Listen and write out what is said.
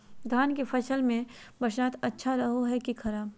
धान के फसल में बरसात अच्छा रहो है कि खराब?